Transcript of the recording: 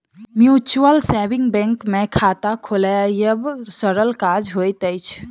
mutual saving bank मे खाता खोलायब सरल काज होइत अछि